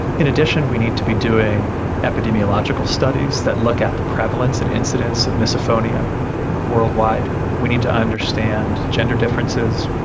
in addition we need to be doing epidemiological studies that look at the prevalence and incidence of misophonia worldwide. we need to understand gender differences,